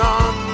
on